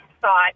thought